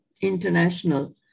international